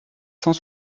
cent